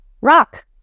rock